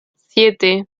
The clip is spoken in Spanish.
siete